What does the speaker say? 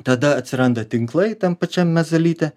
tada atsiranda tinklai tam pačiam mezolite